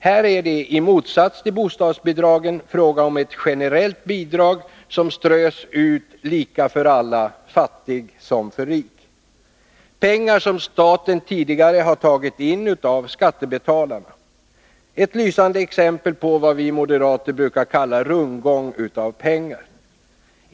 Här är det i motsats till bostadsbidragen fråga om ett generellt bidrag som strös ut lika för alla — fattig som rik — pengar som staten tidigare har tagit in av skattebetalarna. Det är ett lysande exempel på vad vi moderater brukar kalla rundgång av pengar.